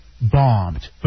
bombed